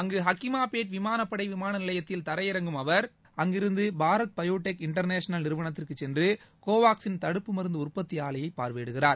அங்கு ஹக்கிமாபேட் விமானப் படை விமான நிலையத்தில் தரையிறங்கும் அவர் அங்கிருந்து பாரத் பயோ டெக் இன்டர்நேஷனல் நிறுவனத்திற்கு சென்று கோவாக்சின் தடுப்பு மருந்து உற்பத்தி ஆலையை பார்வையிடுகிறார்